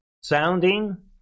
sounding